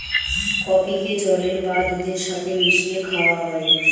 কফিকে জলের বা দুধের সাথে মিশিয়ে খাওয়া হয়